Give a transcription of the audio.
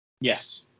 Yes